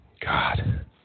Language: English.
God